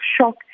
shock